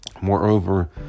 Moreover